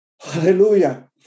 Hallelujah